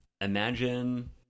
Imagine